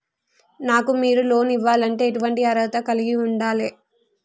నాకు మీరు లోన్ ఇవ్వాలంటే ఎటువంటి అర్హత కలిగి వుండాలే?